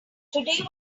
today